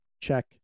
Check